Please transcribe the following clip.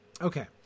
Okay